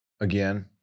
again